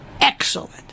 excellent